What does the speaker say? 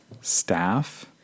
staff